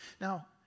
Now